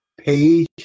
Page